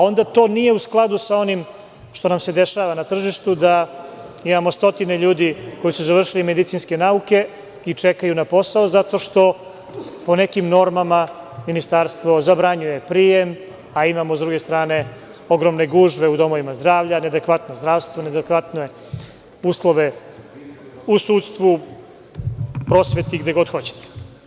Onda to nije u skladu sa onim što nam se dešava na tržištu da imamo stotine ljudi koji su završili medicinske nauke i čekaju na posao zato što po nekim normama Ministarstvo zabranjuje prijem, a imamo s druge strane ogromne gužve u domovima zdravlja, neadekvatno zdravstvo, neadekvatne uslove u sudstvu i prosveti i gde god hoćete.